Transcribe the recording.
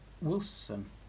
Wilson